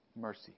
Mercy